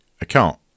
account